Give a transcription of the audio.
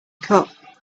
cut